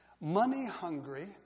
money-hungry